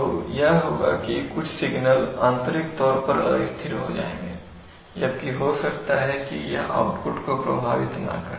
तो यह होगा कि कुछ सिग्नल आंतरिक तौर पर अस्थिर हो जाएंगे जबकि हो सकता है कि यह आउटपुट को प्रभावित ना करें